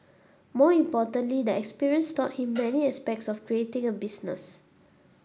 more importantly the experience taught him many aspects of creating a business